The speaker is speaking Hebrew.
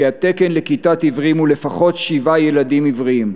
התקן לכיתת עיוורים הוא לפחות שבעה ילדים עיוורים.